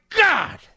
God